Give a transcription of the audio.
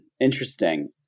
Interesting